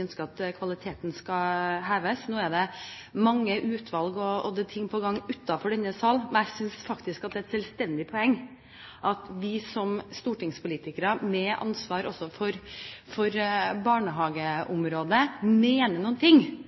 ønsker at kvaliteten skal heves. Nå er det mange utvalg, og det er ting på gang utenfor denne salen. Men jeg synes faktisk at det er et selvstendig poeng at vi som stortingspolitikere med ansvar også for barnehageområdet mener